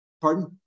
pardon